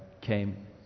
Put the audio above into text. came